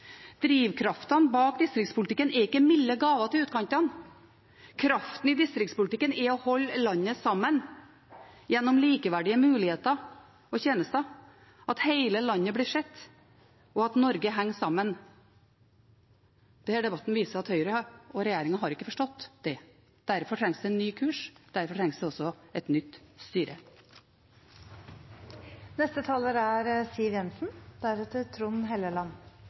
bak distriktspolitikken er ikke milde gaver til utkantene. Kraften i distriktspolitikken er å holde landet sammen gjennom likeverdige muligheter og tjenester, gjennom at hele landet blir sett, og gjennom at Norge henger sammen. Denne debatten viser at Høyre og resten av regjeringen ikke har forstått det. Derfor trengs det en ny kurs, og derfor trengs det også et nytt